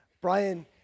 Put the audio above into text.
Brian